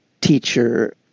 teacher